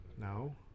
No